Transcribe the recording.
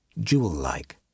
jewel-like